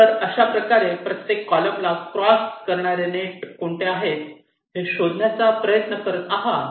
तर अशा प्रकारे प्रत्येक कॉलम ला क्रॉस करणारे नेट कोणते आहेत हे शोधण्याचा प्रयत्न करीत आहात